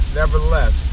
nevertheless